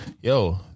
yo